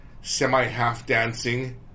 semi-half-dancing